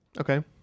Okay